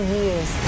years